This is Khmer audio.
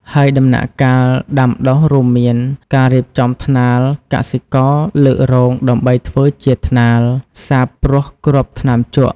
ហើយដំណាក់កាលដាំដុះរួមមាន ការរៀបចំថ្នាលកសិករលើករងដើម្បីធ្វើជាថ្នាលសាបព្រោះគ្រាប់ថ្នាំជក់។